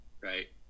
right